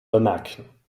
bemerken